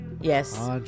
Yes